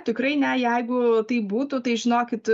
tikrai ne jeigu taip būtų tai žinokit